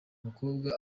mukobwa